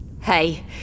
Hey